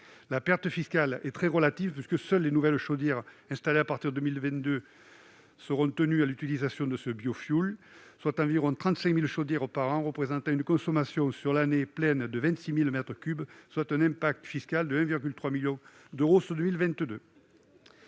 La perte fiscale est très relative, puisque seules les nouvelles chaudières installées à partir de 2022 seront tenues à l'utilisation de ce biofioul, soit environ 35 000 chaudières par an, ce qui représente une consommation en année pleine de 26 000 mètres cubes et un impact fiscal de 1,3 million d'euros en 2022.